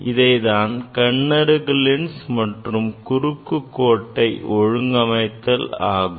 இவைதான் கண்ணருகு லென்ஸ் மற்றும் குறுக்குக் கோட்டை ஒழுங்கமைத்தல் ஆகும்